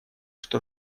что